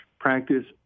practice